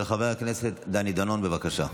חבר הכנסת דני דנון, בבקשה.